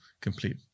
complete